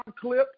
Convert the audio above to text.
clip